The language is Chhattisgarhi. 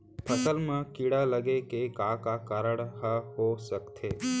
फसल म कीड़ा लगे के का का कारण ह हो सकथे?